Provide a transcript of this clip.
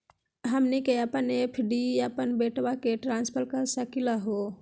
हमनी के अपन एफ.डी अपन बेटवा क ट्रांसफर कर सकली हो?